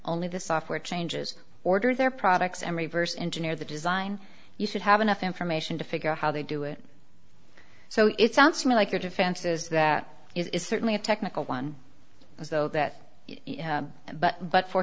only the software changes order their products and reverse engineer the design you should have enough information to figure how they do it so it sounds to me like your defenses that is certainly a technical one as though that but but for